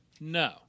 No